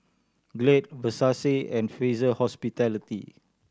Glade Versace and Fraser Hospitality